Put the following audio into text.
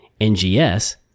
NGS